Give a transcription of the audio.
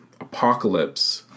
Apocalypse